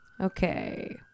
Okay